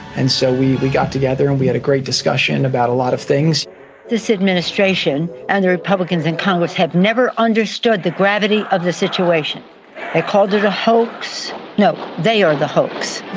and so we we got together and we had a great discussion about a lot of things this administration and the republicans in congress have never understood the gravity of the situation and called it a hoax no, they are the hoax